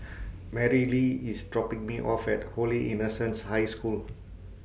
Merrilee IS dropping Me off At Holy Innocents' High School